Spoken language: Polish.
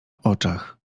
oczach